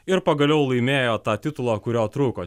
ir pagaliau laimėjo tą titulą kurio trūko